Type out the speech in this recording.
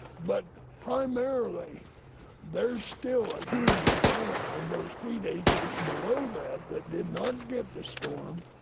but primarily there's still a huge amount of those wheat acres below that, that did not get the storm,